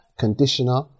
conditioner